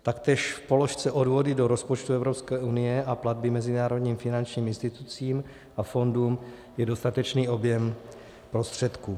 Taktéž v položce odvody do rozpočtu Evropské unie a platby mezinárodním finančním institucím a fondům je dostatečný objem prostředků.